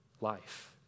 life